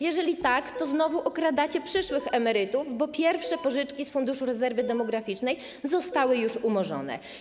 Jeżeli tak, to znowu okradacie przyszłych emerytów, bo pierwsze pożyczki z Funduszu Rezerwy Demograficznej zostały już umorzone.